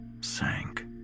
sank